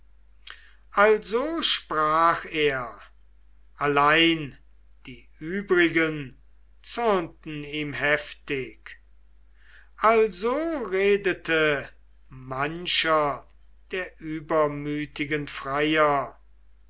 also sprach er allein die übrigen zürnten ihm heftig also redete mancher der übermütigen freier